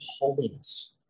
holiness